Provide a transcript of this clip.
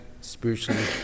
spiritually